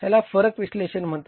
ह्याला फरक विश्लेषण म्हणतात